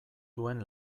duen